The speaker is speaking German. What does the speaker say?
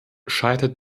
scheitert